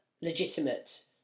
legitimate